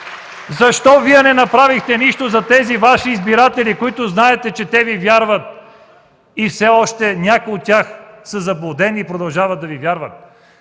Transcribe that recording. Защо не направихте нищо за тези Ваши избиратели? Знаете, че те Ви вярват, все още някои от тях са заблудени и продължават да Ви вярват.